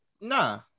Nah